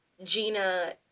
Gina